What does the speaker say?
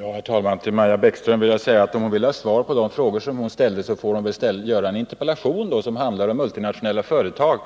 Herr talman! Till Maja Bäckström vill jag säga att om hon vill ha svar på de frågor som hon ställde, får hon väl framställa en interpellation som handlar om multinationella företag